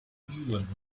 even